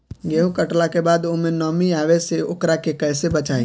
गेंहू कटला के बाद ओमे नमी आवे से ओकरा के कैसे बचाई?